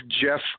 Jeff